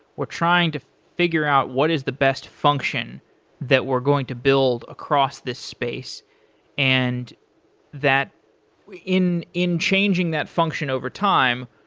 we're trying to figure out what is the best function that we're going to build across this space and that in in changing that function over time,